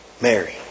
Mary